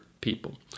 people